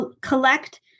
collect